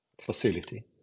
facility